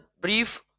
brief